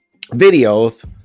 videos